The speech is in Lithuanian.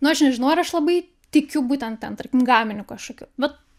nu aš nežinau ar aš labai tikiu būtent ten tarkim gaminiu kažkokiu bet